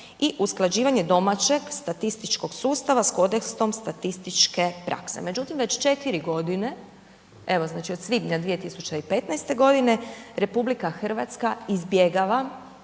i usklađivanje domaćeg statističkog sustava s kodeksom statističke prakse. Međutim već 4 godine, evo znači od svibnja 2015. godine RH izbjegava,